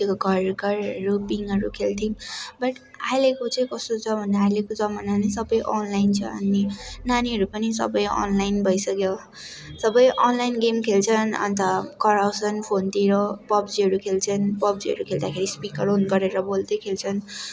त्यो घर घरहरू पिङहरू खेल्थ्यौँ बट अहिलेको चाहिँ कस्तो छ भन्दा अहिलेको जमना नै सबै अनलाइन छ अनि नानीहरू पनि सबै अनलाइन भइसक्यो सबै अनलाइन गेम खेल्छन् अन्त कराउँछन् फोनतिर पब्जीहरू खेल्छन् अन्त पब्जीहरू खेल्दाखेरि स्पिकर अन गरेर बोल्दै खेल्छन्